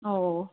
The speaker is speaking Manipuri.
ꯑꯣ